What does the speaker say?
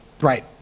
Right